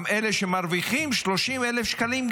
גם אלה שמרוויחים 30,000 שקלים,